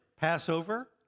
Passover